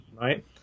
right